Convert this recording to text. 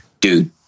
Dude